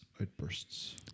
outbursts